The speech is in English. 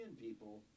people